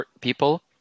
people